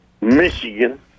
Michigan